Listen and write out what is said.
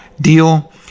deal